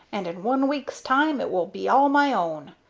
and in one week's time it will be all my own.